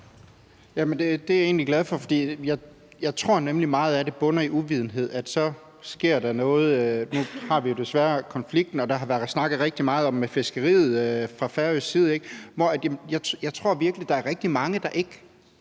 egentlig glad for, for jeg tror nemlig, at meget af det bunder i uvidenhed. Nu har vi jo desværre konflikten, og der har været snakket rigtig meget om fiskeriet fra færøsk side, ikke? Jeg tror virkelig, at der er rigtig mange, der ikke